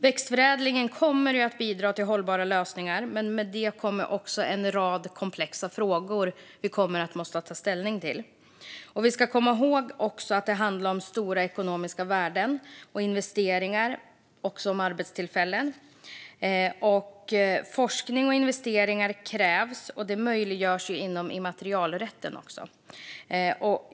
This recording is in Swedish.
Växtförädlingen kommer att bidra till hållbara lösningar, men med det kommer också en rad komplexa frågor som vi måste ta ställning till. Vi ska komma ihåg att detta handlar om stora ekonomiska värden och investeringar men också om arbetstillfällen. Forskning och investeringar krävs, och det möjliggörs genom immaterialrätten.